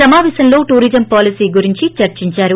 సమాపేశంలో tourism policy గురించి చర్చించారు